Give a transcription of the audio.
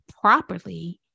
properly